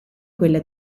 quella